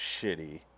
shitty